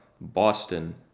boston